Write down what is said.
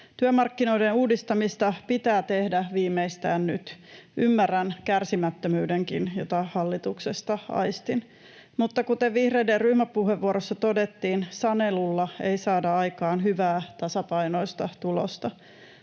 Työmarkkinoiden uudistamista pitää tehdä viimeistään nyt. Ymmärrän kärsimättömyydenkin, jota hallituksesta aistin. Mutta kuten vihreiden ryhmäpuheenvuorossa todettiin, sanelulla ei saada aikaan hyvää, tasapainoista tulosta.